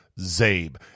zabe